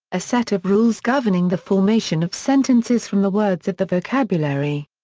a set of rules governing the formation of sentences from the words of the vocabulary.